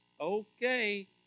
Okay